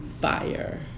fire